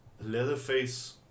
Leatherface